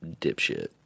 dipshit